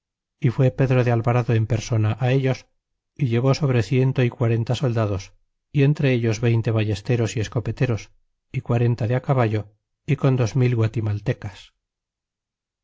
palabra fué pedro de alvarado en persona ellos y llevó sobre ciento y quarenta soldados y entre ellos veinte vallesteros y escopeteros y quarenta de caballo y con dos mil guatimalte